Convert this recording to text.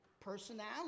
personality